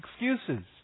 excuses